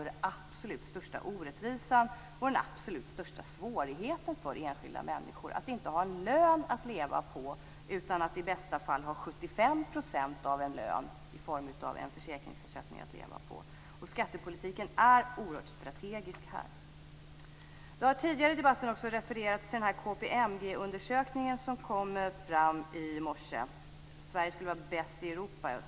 Den absolut största orättvisan och den absolut största svårigheten för enskilda människor är att inte ha en lön, utan i bästa fall 75 % av en lön i form av en försäkringsersättning, att leva på. Skattepolitiken är oerhört strategisk på den här punkten. Det har tidigare i debatten refererats till en KPMG-undersökning som kom i morse. Sverige är bäst i test i Europa.